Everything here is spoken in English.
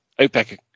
OPEC